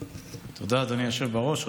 תודה, אדוני היושב בראש.